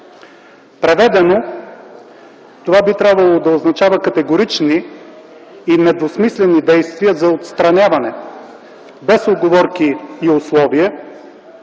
Преведено това би трябвало да означава категорични и недвусмислени действия за отстраняване, без уговорки и условия,